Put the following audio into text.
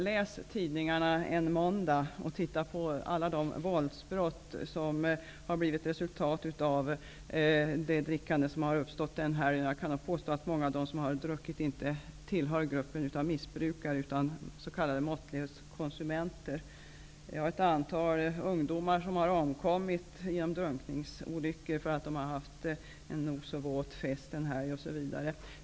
Läs i tidningarna en måndag om alla de våldsbrott som har blivit resultatet av drickandet under helgen. Jag kan nog påstå att många av dem som har druckit inte tillhör gruppen missbrukare utan är s.k. måttlighetskonsumenter. Ett antal ungdomar har omkommit i drunkningsolyckor på grund av att de har deltagit i nog så våta fester under en helg, osv.